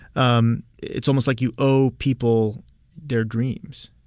um it's almost like you owe people their dreams,